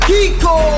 Kiko